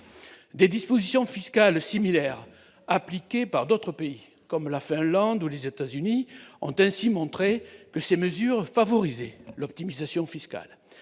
Des dispositions fiscales similaires appliquées par d'autres pays, comme la Finlande ou les États-Unis, ont ainsi montré que ces mesures favorisaient l'optimisation fiscale.